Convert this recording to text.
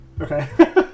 Okay